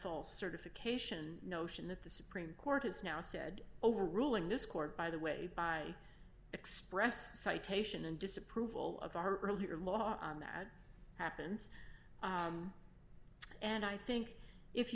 sole certification notion that the supreme court has now said overruling this court by the way i expressed citation and disapproval of our earlier law that happens and i think if